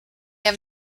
have